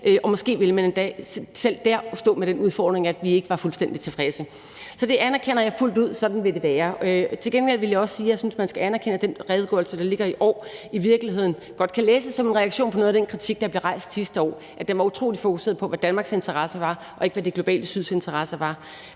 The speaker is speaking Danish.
og måske ville man endda selv dér stå med den udfordring, at vi ikke var fuldstændig tilfredse. Så det anerkender jeg fuldt ud. Sådan vil det være. Til gengæld vil jeg også sige, at jeg synes, at man skal anerkende, at den redegørelse, der ligger i år, i virkeligheden godt kan læses som en reaktion på noget af den kritik, der blev rejst sidste år, nemlig at redegørelsen sidste år var utrolig fokuseret på, hvad Danmarks interesser var, og ikke, hvad det globale syds interesser var.